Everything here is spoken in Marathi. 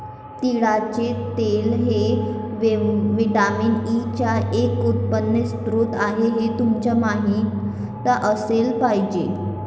तिळाचे तेल हे व्हिटॅमिन ई चा एक उत्तम स्रोत आहे हे तुम्हाला माहित असले पाहिजे